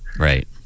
Right